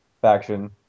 faction